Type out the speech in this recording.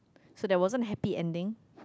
so that wasn't happy ending